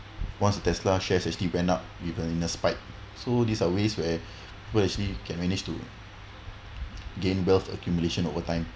once the Tesla shares actually went up even in the spike so these are ways where where actually can manage to gain wealth accumulation over time